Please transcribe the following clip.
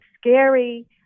scary